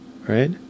right